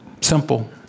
Simple